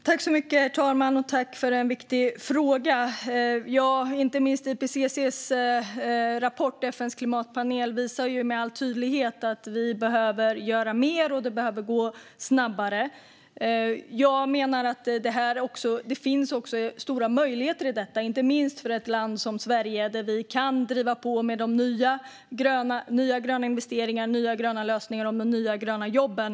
Herr talman! Jag tackar för en viktig fråga. Ja, inte minst rapporten från FN:s klimatpanel IPCC visar med all tydlighet att vi behöver göra mer och att det behöver gå snabbare. Jag menar att det också finns stora möjligheter i detta, inte minst för ett land som Sverige. Vi kan driva på med nya gröna investeringar, nya gröna lösningar och nya gröna jobb.